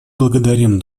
благодарим